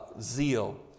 zeal